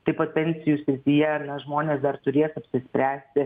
taip pat pensijų srityje na žmonės dar turės apsispręsti